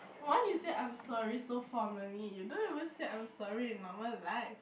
why you say I'm sorry so formally you don't even say I'm sorry in normal life